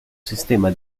sistema